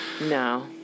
No